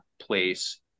place